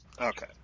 Okay